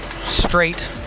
straight